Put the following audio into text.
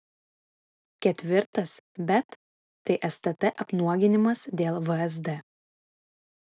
ketvirtas bet tai stt apnuoginimas dėl vsd